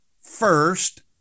first